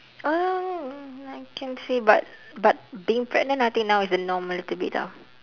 oh I can say but but being pregnant I think now is a norm a little bit ah